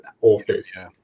authors